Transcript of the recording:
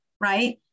right